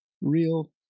real